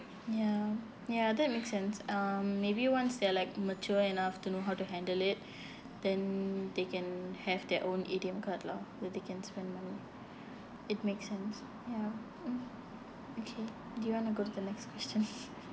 ya ya that makes sense um maybe once they are like mature enough to know how to handle it then they can have their own A_T_M card lah where they can spend the money it makes sense ya mm okay do you want to go to the next question